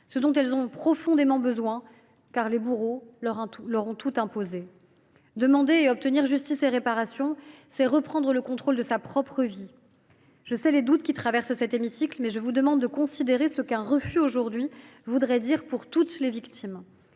ce dont elles ont profondément besoin, car les bourreaux leur ont tout imposé. Demander et obtenir justice et réparation, c’est reprendre le contrôle sur sa propre vie. Je sais les doutes qui traversent cet hémicycle, mais je vous demande de considérer ce qu’un refus, aujourd’hui, voudrait dire pour toutes les victimes,